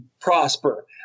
prosper